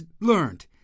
learned